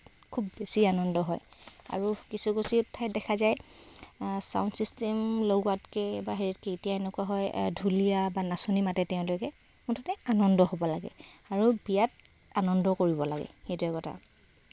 খুব বেছি আনন্দ হয় আৰু কিছু কিছু ঠাইত দেখা যায় চাউণ্ড চিষ্টেম লগোৱাতকৈ বা এতিয়া এনেকুৱা হয় ঢুলীয়া বা নাচনি মাতে তেওঁলোকে মুঠতে আনন্দ হ'ব লাগে আৰু বিয়াত আনন্দ কৰিব লাগে সেইটোৱেই কথা